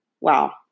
wow